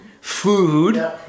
food